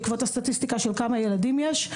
בעקבות הסטטיסטיקה של כמה ילדים יש,